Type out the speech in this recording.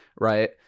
right